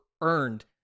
earned